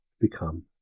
become